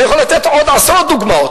אני יכול לתת עוד עשרות דוגמאות.